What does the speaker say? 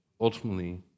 ultimately